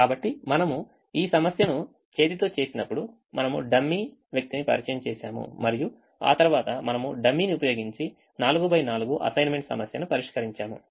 కాబట్టి మనము ఈ సమస్యను చేతితో చేసినప్పుడు మనము డమ్మీ వ్యక్తిని పరిచయం చేసాము మరియు ఆ తర్వాత మనము డమ్మీని ఉపయోగించి 44 అసైన్మెంట్ సమస్యను పరిష్కరించాము